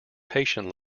patient